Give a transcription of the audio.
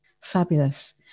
Fabulous